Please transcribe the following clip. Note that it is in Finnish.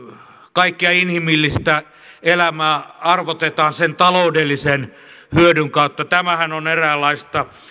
kaikkea inhimillistä elämää arvotetaan sen ta loudellisen hyödyn kautta tämähän on eräänlaista